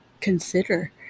consider